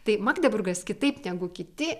tai magdeburgas kitaip negu kiti